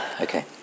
Okay